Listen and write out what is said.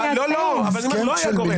עזוב.